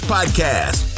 Podcast